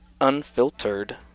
unfiltered